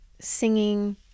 singing